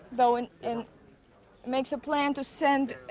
though, and and makes a plan to send